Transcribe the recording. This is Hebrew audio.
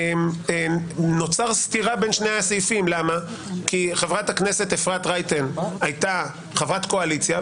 נוצרת סתירה בין שני הסעיפים כי חברת הכנסת רייטן הייתה חברת קואליציה,